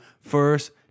first